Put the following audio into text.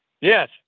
Yes